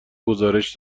گزارش